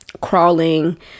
crawling